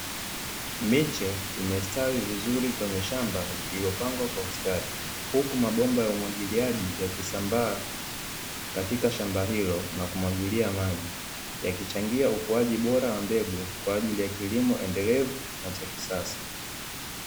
Miche imestawi vizuri kwenye shamba lililopangwa kwa ustadi, huku mabomba ya umwagiliaji yakisambaa katika shamba hilo na kumwagilia maji, yakichangia ukuaji bora wa mbegu kwa ajili ya kilimo endelevu na cha kisasa.